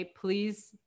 please